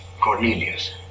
Cornelius